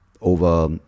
over